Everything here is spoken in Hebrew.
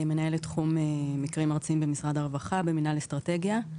מנהלת תחום מקרים ארציים במשרד הרווחה במינהל אסטרטגיה.